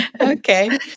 Okay